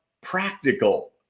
practical